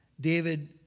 David